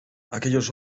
aquellos